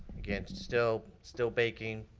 again still still baking.